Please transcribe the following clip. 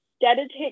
dedicate